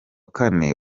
kane